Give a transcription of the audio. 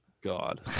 god